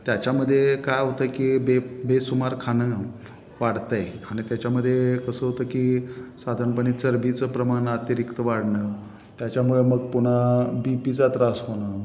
त्याच्यामध्ये काय होतं की बे बेसुमार खाणं वाढत आहे आणि त्याच्यामध्ये कसं होतं की साधारणपणे चरबीचं प्रमाण अतिरिक्त वाढणं त्याच्यामुळे मग पुन्हा बी पीचा त्रास होणं